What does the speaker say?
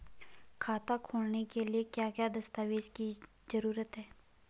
खाता खोलने के लिए क्या क्या दस्तावेज़ की जरूरत है?